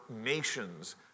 nations